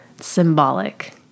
symbolic